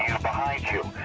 behind you.